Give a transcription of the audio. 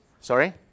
Sorry